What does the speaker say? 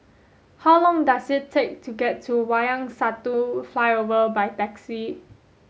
how long does it take to get to Wayang Satu Flyover by taxi